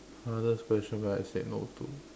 hardest question when I said no to